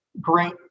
great